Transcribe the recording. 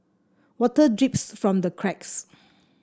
water drips from the cracks